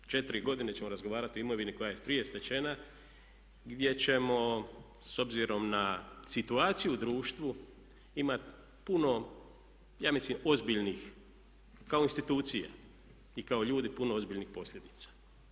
4 godine ćemo razgovarati o imovini koja je prije stečena gdje ćemo s obzirom na situaciju u društvu imati puno, ja mislim ozbiljnih, kao institucija i kao ljudi, puno ozbiljnih posljedica.